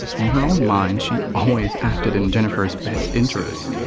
in her own mind, she always acted in jennifer's best interest,